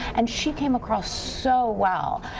and she came across so well,